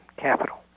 Capital